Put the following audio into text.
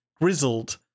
grizzled